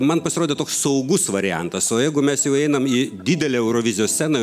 man pasirodė toks saugus variantas o jeigu mes jau einam į didelę eurovizijos sceną